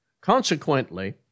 Consequently